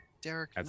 Derek